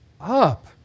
up